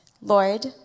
Lord